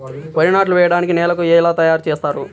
వరి నాట్లు వేయటానికి నేలను ఎలా తయారు చేస్తారు?